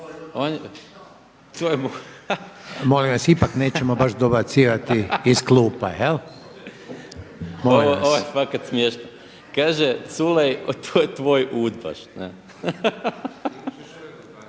Molim vas, ipak nećemo baš dobacivati iz klupa jel. **Maras, Gordan (SDP)** Ovo je fakat smiješno. Kaže Culej to je tvoj udbaš.